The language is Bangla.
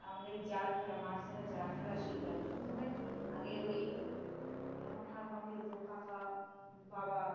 আমাদের এই জাল ফেলা মাছ ধরা জাল ফেলা শিখলাম প্রথমে আগে ওই আমার ঠাকুমা ফেলতো কাকা বাবা